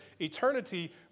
Eternity